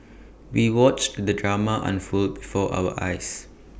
we watched the drama unfold before our eyes